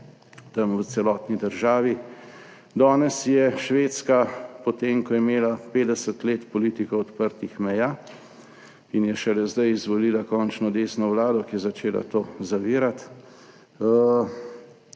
v celotni državi. Danes je Švedska po tem, ko je imela 50 let politiko odprtih meja in je šele zdaj izvolila končno desno vlado, ki je začela to zavirati,